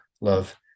love